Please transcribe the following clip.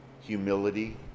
humility